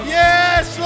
yes